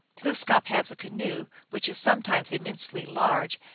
glooskap has a canoe, which is sometimes immensely large,